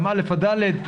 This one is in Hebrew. גם א'-ד',